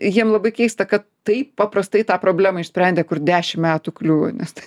jiem labai keista kad taip paprastai tą problemą išsprendė kur dešim metų kliuvo nes tai